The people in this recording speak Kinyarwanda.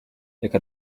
reka